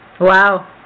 Wow